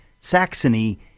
Saxony